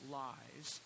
lies